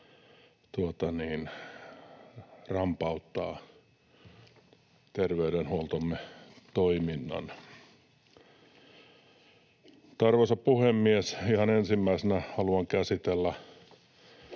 rampauttaa terveydenhuoltomme toiminnan. Arvoisa puhemies! Ihan ensimmäisenä haluan käsitellä